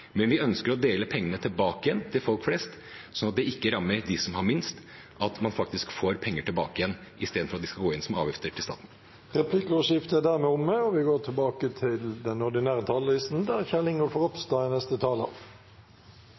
men vi ønsker å dele pengene tilbake igjen, til folk flest, sånn at det ikke rammer dem som har minst, og at man faktisk får penger tilbake igjen istedenfor at de skal gå inn som avgifter til staten. Replikkordskiftet er dermed omme. Norge er verdens beste land å bo i, ifølge FN. Jeg er